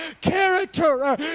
character